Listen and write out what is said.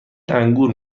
انگور